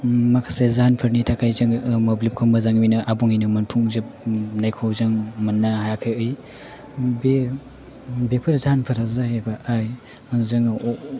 माखासे जाहोनफोरनि थाखाय जोङो मोब्लिबखौ मोजाङैनो आबुङैनो मोनफुंजोबनायखौ जों मोननो हायाखै बे बेफोर जाहोनफोरा जाहैबाय जोंनाव